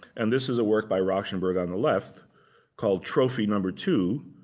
and this is a work by rauschenberg on the left called trophy number two,